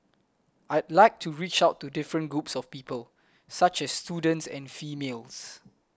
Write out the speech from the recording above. I'd like to reach out to different groups of people such as students and females